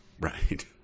Right